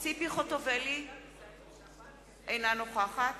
ציפי חוטובלי אינה נוכחת